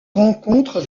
rencontre